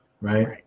Right